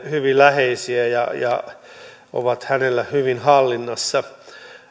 hyvin läheisiä ja ja ovat hänellä hyvin hallinnassa